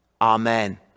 Amen